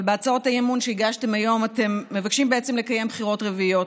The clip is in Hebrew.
אבל בהצעות האי-אמון שהגשתם היום אתם מבקשים בעצם לקיים בחירות רביעיות,